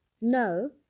No